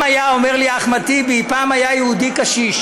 פעם היה, אומר לי אחמד טיבי, פעם היה יהודי קשיש.